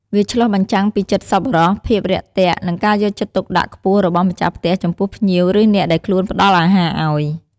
វាឆ្លុះបញ្ចាំងពីចិត្តសប្បុរស ភាពរាក់ទាក់ និងការយកចិត្តទុកដាក់ខ្ពស់របស់ម្ចាស់ផ្ទះចំពោះភ្ញៀវ ឬអ្នកដែលខ្លួនផ្តល់អាហារឲ្យ។